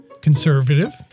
conservative